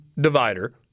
divider